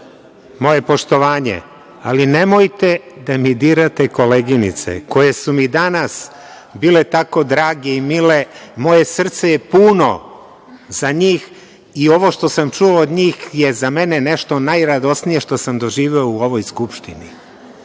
moje poštovanje, ali nemojte da mi dirate koleginice koje su mi danas bile tako drage i mile, moje srce je puno za njih i ovo što sam čuo od njih je za mene nešto najradosnije što sam doživeo u ovoj skupštini. Sada